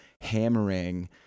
hammering